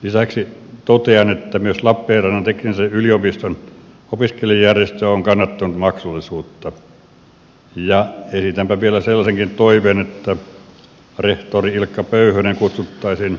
lisäksi totean että myös lappeenrannan teknillisen yliopiston opiskelijajärjestö on kannattanut maksullisuutta ja esitänpä vielä sellaisenkin toiveen että rehtori ilkka pöyhönen kutsuttaisiin valiokunnan kuultavaksi asiantuntijana